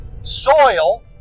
soil